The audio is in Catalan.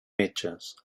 metges